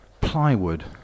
plywood